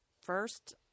first